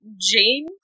Jane